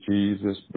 Jesus